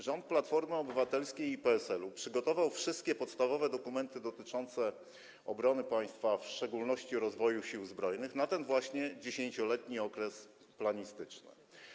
Rząd Platformy Obywatelskiej i PSL-u przygotował wszystkie podstawowe dokumenty dotyczące obronności państwa, a w szczególności rozwoju Sił Zbrojnych, na ten właśnie 10-letni okres planistyczny.